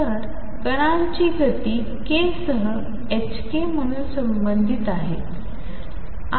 तर कणांची गती k सह ℏk म्हणून संबंधित आहे